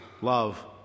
love